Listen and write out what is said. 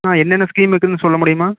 அண்ணா என்னென்ன ஸ்கீம் இருக்குதுனு சொல்லமுடியுமா